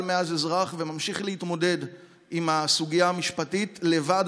מאז החייל אזרח וממשיך להתמודד עם הסוגיה המשפטית לבד